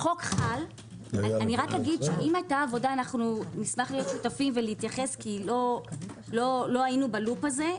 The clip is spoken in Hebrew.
אם הייתה עבודה נשמח להיות שותפים ולהתייחס כי לא היינו בלופ הזה,